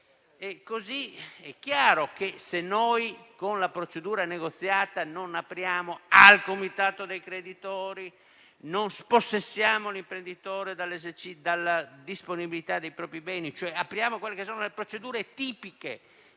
modo, è chiaro che noi, con la procedura negoziata, non apriamo al comitato dei creditori e non spossessiamo l'imprenditore dalla disponibilità dei propri beni, cioè non avviamo le procedure tipiche